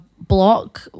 block